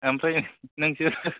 ओमफ्राय नोंसोर